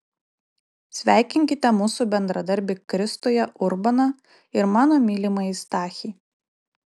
sveikinkite mūsų bendradarbį kristuje urboną ir mano mylimąjį stachį